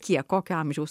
kiek kokio amžiaus